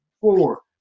four